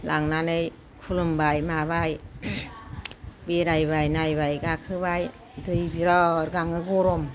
लांनानै खुलुमबाय माबाय बेरायबाय नायबाय गाखोबाय दै बिराद गाङो गरम